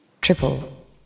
Triple